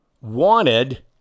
wanted